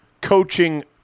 coaching